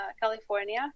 California